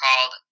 called